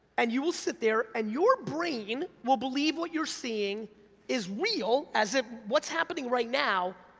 and you will sit there, and your brain will believe what you're seeing is real, as ah what's happening right now,